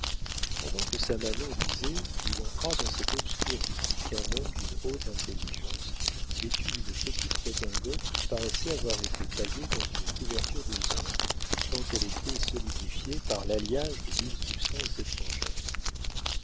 pendant que samanon lisait il entra dans cette obscure boutique un homme d'une haute intelligence vêtu d'une petite redingote qui paraissait avoir été taillée dans une couverture de zinc tant elle était solidifiée par l'alliage de mille substances étrangères